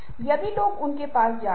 हमने जगहा और क्षेत्र के बारे में बात की